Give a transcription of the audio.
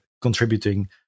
contributing